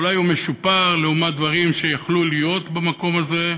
אולי הוא משופר לעומת דברים שיכלו להיות במקום הזה.